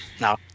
now